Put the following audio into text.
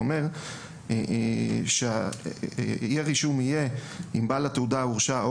הוא אומר שיהיה רישום אם בעל התעודה הורשע,